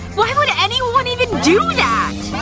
why would anyone even do that?